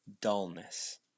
dullness